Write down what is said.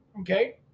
Okay